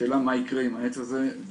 השאלה מה יקרה עם העץ הזה,